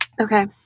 Okay